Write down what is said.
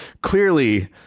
clearly